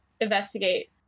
investigate